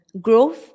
growth